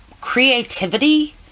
creativity